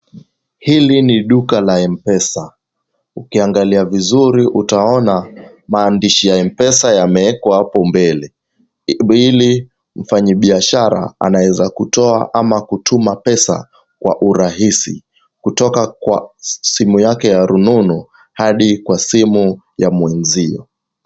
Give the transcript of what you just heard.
Hili ni duka la M-Pesa. Ukiangalia vizuri utaona maandishi ya M-Pesa yameekwa hapo mbele, ili mfanyibiashara anaweza kutoa au kutuma pesa kwa urahisi, kutoka kwa simu yake ya rununu hadi kwa simu ya mwenzio.